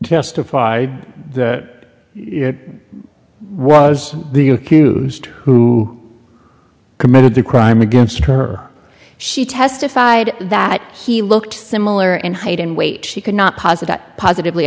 testified that it was the accused who committed the crime against her she testified that he looked similar in height and weight she could not posit that positively